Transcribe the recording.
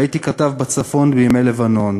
הייתי כתב בצפון בימי לבנון,